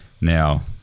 Now